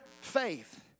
faith